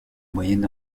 moyen